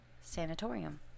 Sanatorium